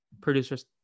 producers